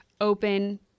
open